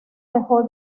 dejó